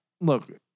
look